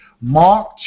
Mark